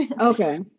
Okay